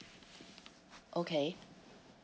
okay